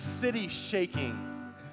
city-shaking